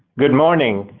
good morning,